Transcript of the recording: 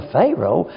Pharaoh